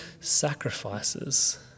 sacrifices